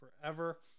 forever